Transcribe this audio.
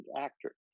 actor